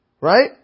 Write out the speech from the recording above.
right